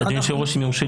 אדוני היושב-ראש,